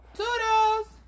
Toodles